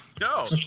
No